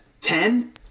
Ten